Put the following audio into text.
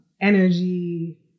energy